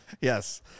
Yes